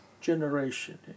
generation